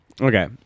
okay